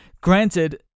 Granted